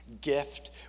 gift